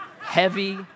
heavy